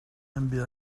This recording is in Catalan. enviar